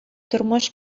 тормыш